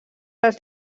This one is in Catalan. els